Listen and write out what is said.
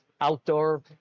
Outdoor